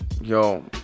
Yo